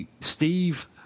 Steve